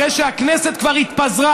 אחרי שהכנסת כבר התפזרה,